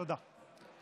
תודה.